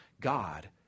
God